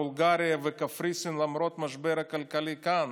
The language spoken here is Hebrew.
בולגריה וקפריסין למרות המשבר הכלכלי כאן?